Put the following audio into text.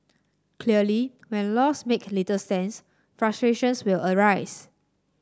clearly when laws make little sense frustrations will arise